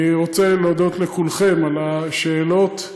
אני רוצה להודות לכולכם על השאלות,